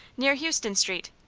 near houston street.